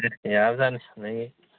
ꯌꯥꯕꯖꯥꯠꯅꯤ ꯑꯗꯒꯤ